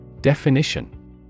Definition